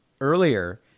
earlier